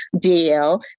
deal